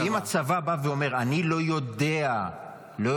-- ואם הצבא בא ואומר: אני לא יודע לקלוט